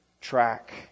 track